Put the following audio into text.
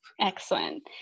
Excellent